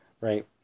Right